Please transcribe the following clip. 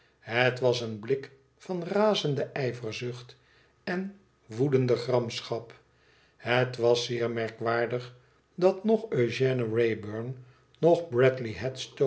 het was een blik van razende ijverzucht en woedende gramschap het was zeer merkwaardig dat nog eugène wrayburn noch bradley